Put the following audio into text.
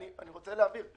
אני רוצה להבהיר,